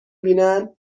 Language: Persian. بینن